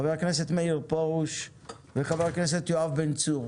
חבר הכנסת מאיר פרוש וחבר הכנסת יואב בן צור.